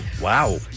Wow